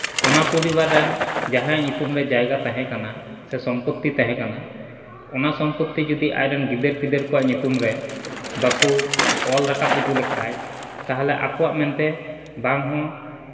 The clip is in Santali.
ᱚᱱᱟ ᱯᱚᱨᱤᱵᱟᱨ ᱨᱮᱱ ᱡᱟᱦᱟᱸᱭᱟᱜ ᱧᱩᱛᱩᱢ ᱨᱮ ᱡᱟᱭᱜᱟ ᱛᱟᱦᱮᱸ ᱠᱟᱱᱟ ᱥᱮ ᱥᱚᱢᱯᱚᱛᱛᱤ ᱛᱟᱦᱮᱸ ᱠᱟᱱᱟ ᱚᱱᱟ ᱥᱚᱢᱯᱚᱛᱛᱤ ᱡᱩᱫᱤ ᱟᱡ ᱨᱮᱱ ᱜᱤᱫᱟᱹᱨᱼᱯᱤᱫᱟᱹᱨ ᱠᱚᱣᱟᱜ ᱧᱩᱛᱩᱢ ᱨᱮ ᱵᱟᱠᱚ ᱚᱞ ᱨᱟᱠᱟᱵ ᱦᱚᱪᱚ ᱞᱮᱠᱷᱟᱱ ᱛᱟᱦᱚᱞᱮ ᱟᱠᱚᱣᱟᱜ ᱢᱮᱱᱛᱮ ᱵᱟᱝ ᱦᱚᱸ